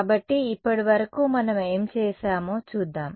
కాబట్టి ఇప్పటివరకు మనం ఏమి చేసామో చూద్దాం